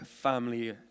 family